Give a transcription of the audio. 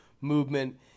movement